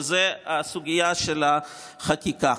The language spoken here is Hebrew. וזה סוגיית החקיקה.